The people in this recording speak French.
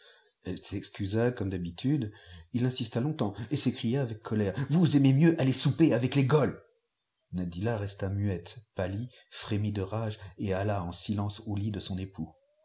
elle s'excusa ccnii habiuiç il ins lengteoips et s'écria avec colère vous imez mieux àll squnçt avec les gboleg nadilla resta muette pftlit jfrémit de rag et ali en silence au lit de son époux